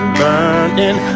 burning